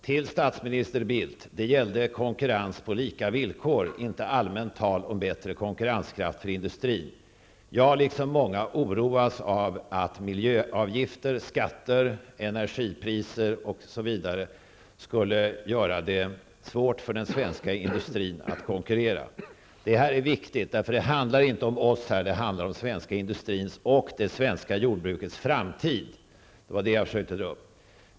Till statsminister Bildt: Det gällde konkurrens på lika villkor, inte allmänt tal om bättre konkurrenskraft för industrin. Jag liksom många oroas av att miljöavgifter liksom skatter, energipriser osv. skulle göra det svårt för den svenska industrin att konkurrera. Detta är viktigt. Det handlar inte om oss. Det handlar om den svenska industrins och det svenska jordbrukets framtid. Det var det jag försökte säga.